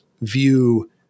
view